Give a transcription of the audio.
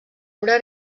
obra